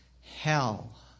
hell